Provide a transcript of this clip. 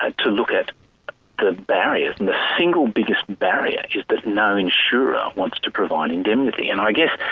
ah to look at the barriers, and the single biggest barrier is that no insurer wants to provide indemnity, and i guess